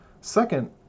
Second